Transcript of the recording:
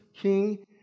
king